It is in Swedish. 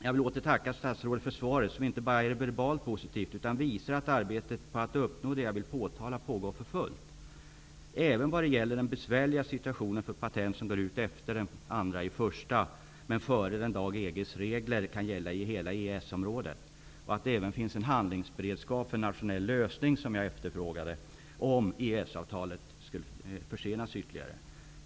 Jag vill åter tacka statsrådet för svaret, som inte bara är verbalt positivt utan också visar att arbetet på att uppnå det jag har påtalat pågår för fullt. Det gäller även den besvärliga situationen med patent som går ut efter den 2 januari men före den dag EG:s regler kan gälla i hela EES-området. Den handlingsberedskap för nationell lösning om ikraftträdandet av EES-avtalet försenas ytterligare -- som jag efterfrågade -- finns också.